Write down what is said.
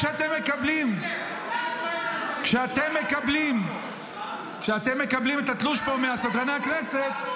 כשאתם מקבלים ------ כשאתם מקבלים פה את התלוש מסדרני הכנסת,